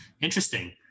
Interesting